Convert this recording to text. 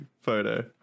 photo